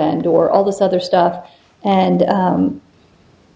and or all this other stuff and